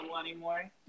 anymore